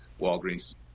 Walgreens